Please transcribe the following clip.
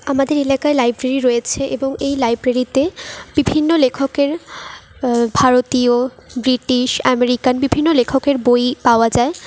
আমাদের এলাকায় লাইব্রেরি রয়েছে এবং এই লাইব্রেরিতে বিভিন্ন লেখকের ভারতীয় ব্রিটিশ অ্যামেরিকান বিভিন্ন লেখকের বই পাওয়া যায়